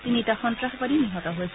তিনিজন সন্ত্ৰাসবাদী নিহত হৈছে